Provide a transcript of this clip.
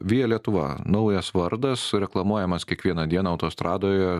via lietuva naujas vardas reklamuojamas kiekvieną dieną autostradoje